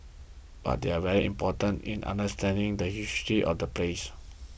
but they are very important in understanding the history of the place